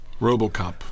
Robocop